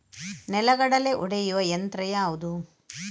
ನೆಲಗಡಲೆ ಒಡೆಯುವ ಯಂತ್ರ ಯಾವುದು?